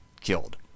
killed